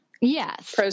Yes